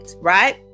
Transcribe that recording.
right